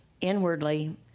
inwardly